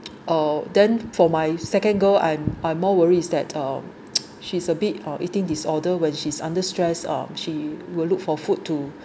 uh then for my second girl I'm I'm more worried that uh she's a bit uh eating disorder when she's under stress uh she will look for food to